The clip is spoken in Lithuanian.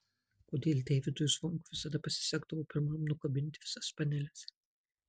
kodėl deivydui zvonkui visada pasisekdavo pirmam nukabinti visas paneles